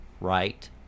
Right